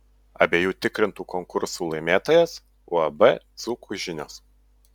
abiejų tikrintų konkursų laimėtojas uab dzūkų žinios